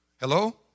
hello